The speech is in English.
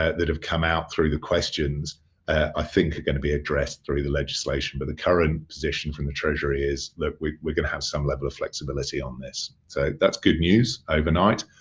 that that have come out through the questions i think are gonna be addressed through the legislation. but the current position from the treasury is that we we can have some level of flexibility on this. so that's good news overnight.